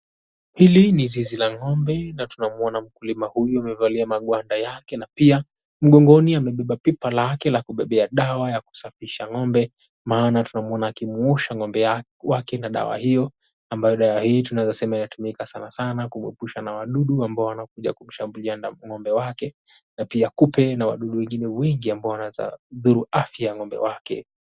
Hili ni zizi la ng'ombe na tunamuona mkulima huyu amevalia magwanda yake na pia mgongoni amebeba pipa lake la kubebea dawa ya kusafisha ng'ombe maana tunamuona akimuosha ng'ombe wake na dawa hiyo ambayo dawa hii tunaweza sema inatumika sana sana kuepusha na aina ya wadudu wanaokuja kushambulia ng'ombe na pia kupe na wadudu wengi wanaoweza kudhuru afya ya ng'ombe wake.